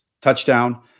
touchdown